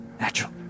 Natural